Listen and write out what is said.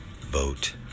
Vote